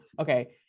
Okay